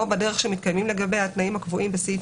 או בדרך שמתקיימים לגביה התנאים הקבועים בסעיפים